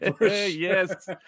yes